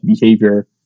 behavior